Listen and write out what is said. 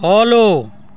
follow